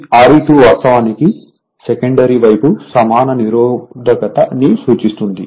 ఈ Re2 వాస్తవానికి secondary వైపు సమాన నిరోధకత ని సూచిస్తుంది